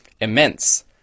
immense